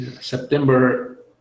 September